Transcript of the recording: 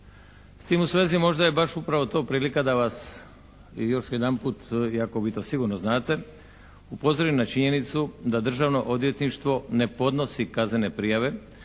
S tim u svezi možda je baš upravo to prilika da vas još jedanput iako vi to svi znate upozorim na činjenicu da državno odvjetništvo ne podnosi kaznene prijave